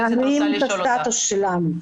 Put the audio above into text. להרים את הסטטוס שלנו,